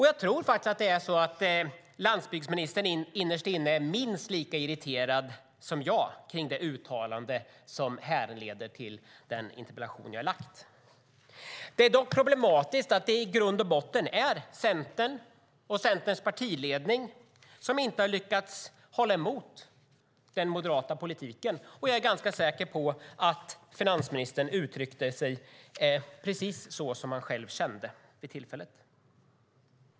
Jag tror att landsbygdsministern innerst inne är minst lika irriterad som jag över det uttalande som härleder till den interpellation som jag har framställt. Det är dock problematiskt att det i grund och botten är Centern och Centerns partiledning som inte har lyckats hålla emot den moderata politiken. Jag är ganska säker på att finansministern uttryckte sig precis så som han själv kände vid tillfället.